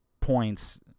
points